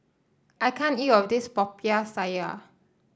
I can't eat all of this Popiah Sayur